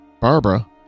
Barbara